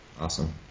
Awesome